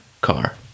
car